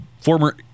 former